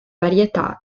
varietà